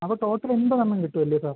അപ്പോൾ ടോട്ടൽ എൺപതെണ്ണം കിട്ടും അല്ലേ സാർ